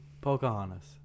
Pocahontas